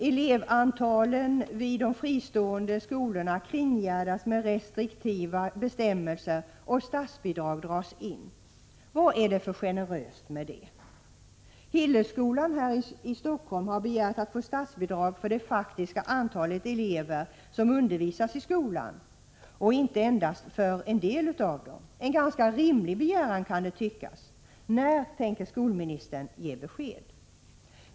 Elevantalet vid de fristående skolorna kringgärdas med restriktiva bestämmelser och statsbidrag dras in. Vad är det för generöst med det? Hillelskolan här i Stockholm har begärt att få statsbidrag för det faktiska antalet elever som undervisas i skolan och inte endast för en del av dem. En ganska rimlig begäran, kan det tyckas. När tänker skolministern ge besked?